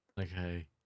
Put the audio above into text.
Okay